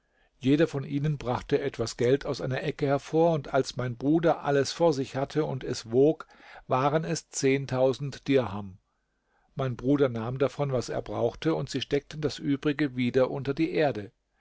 jeder von ihnen brachte etwas geld aus einer ecke hervor und als mein bruder alles vor sich hatte und es wog waren es dirham mein bruder nahm davon was er brauchte und sie steckten das übrige wieder unter die erde